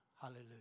Hallelujah